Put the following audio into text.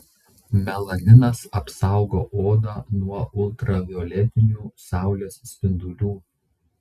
melaninas apsaugo odą nuo ultravioletinių saulės spindulių